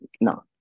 No